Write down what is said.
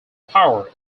power